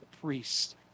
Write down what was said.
priest